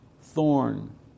thorn